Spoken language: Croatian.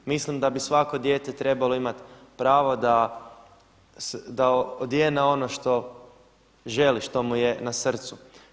Mislim da bi svako dijete trebalo imati pravo da odjene ono što želi, što mu je na srcu.